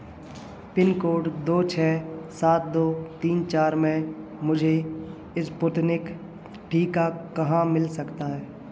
pin code दो छः सात दो तीन चार में मुझे स्पुतनिक टीका कहाँ मिल सकता है